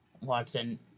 Watson